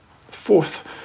Fourth